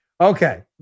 Okay